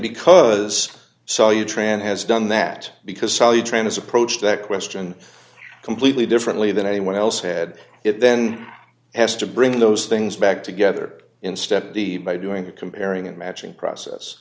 tran has done that because sally train has approached that question completely differently than anyone else had it then has to bring those things back together instead be by doing the comparing and matching process